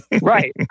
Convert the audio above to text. Right